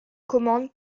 commande